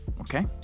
okay